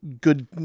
good